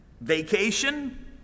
Vacation